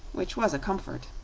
which was a comfort.